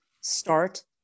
start